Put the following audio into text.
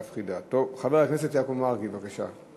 מס' 2535. חבר הכנסת יעקב מרגי, בבקשה.